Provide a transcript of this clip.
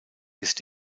ist